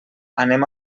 anem